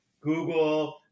google